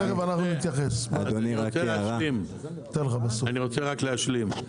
אני רק רוצה להשלים: